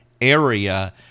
area